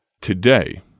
Today